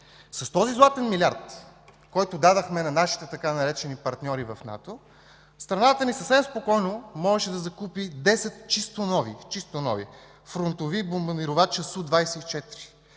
С този златен милиард, който дадохме на нашите така наречени „партньори” в НАТО, страната ни съвсем спокойно можеше да купи 10 чисто нови фронтови бомбардировачи СУ-24